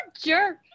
jerk